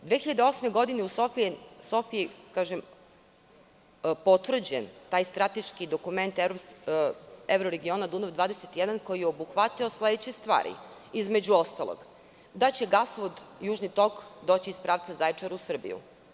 U Sofiji je 2008. godine potvrđen taj strateški dokument Evroregiona Dunav 21 koji je obuhvatao sledeće stvari, između ostalog, da će gasovod južni tok doći iz pravca Zaječara u Srbiju.